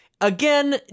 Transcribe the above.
Again